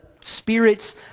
Spirit's